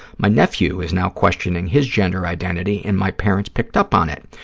my nephew is now questioning his gender identity and my parents picked up on it.